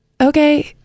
okay